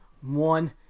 one